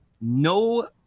no